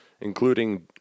including